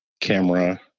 camera